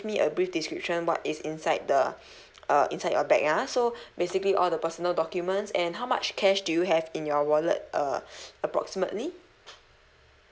me a brief description what is inside the uh inside your bag ah so basically all the personal documents and how much cash do you have in your wallet uh approximately